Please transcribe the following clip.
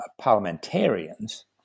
parliamentarians